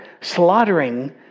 slaughtering